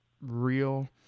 real